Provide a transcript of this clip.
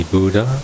Buddha